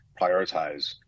prioritize